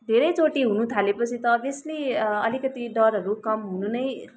धेरैचोटि हुनु थालेपछि त अभियसली अलिकति डरहरू कम हुनु नै